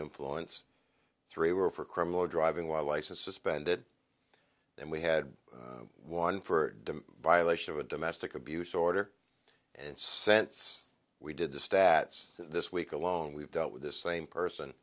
influence three were for criminal driving while license suspended and we had one for violation of a domestic abuse order and sense we did the stats this week alone we've dealt with this same person